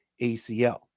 ACL